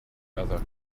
other